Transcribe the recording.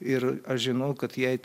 ir aš žinau kad jai